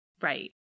Right